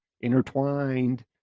intertwined